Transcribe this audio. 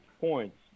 points